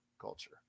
culture